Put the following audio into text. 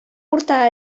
урта